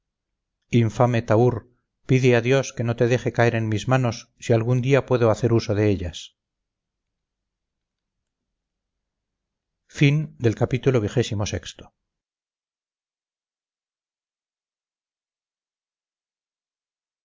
infame tahúr pide a dios que no te deje caer en mis manos si algún día puedo hacer uso de ellas